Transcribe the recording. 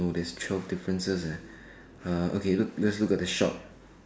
no there's twelve differences leh uh okay look let's look at the shop